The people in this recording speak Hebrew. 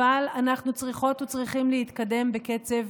אבל אנחנו צריכות וצריכים להתקדם בקצב